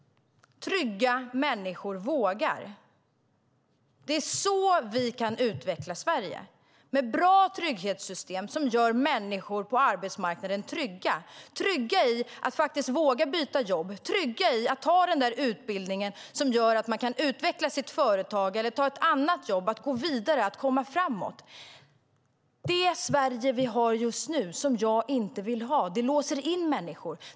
Trygga människor vågar. Det är så vi kan utveckla Sverige - med bra trygghetssystem som gör människor på arbetsmarknaden trygga. De ska våga byta jobb, ta utbildningen som gör att de kan utveckla sitt företag eller ta ett annat jobb, gå vidare och komma framåt. Det Sverige vi har just nu, som jag inte vill ha, låser in människor.